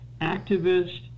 activist